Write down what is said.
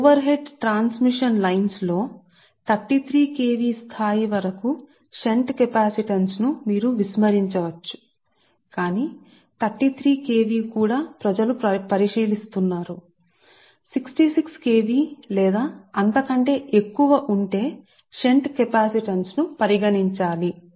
overhead transmission line కోసం ఇది 33 KV స్థాయి వరకు మీ షంట్ కెపాసిటెన్స్ను మీరు విస్మరించవచ్చు కానీ 66 KV 33 KV ప్రజలు కూడా దీనిని పరిశీలిస్తున్నారు అయితే ఇది 66 KV లేదా అంతకంటే ఎక్కువ ఉంటే మీరు మీ షంట్ కెపాసిటెన్స్ను పరిగణించాలి